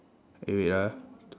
eh wait ah